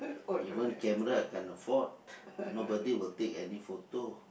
even camera I can't afford nobody will take any photo